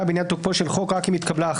בעניין תוקפו של חוק רק אם התקבלה,